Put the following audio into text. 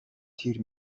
تیر